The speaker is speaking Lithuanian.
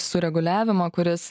sureguliavimą kuris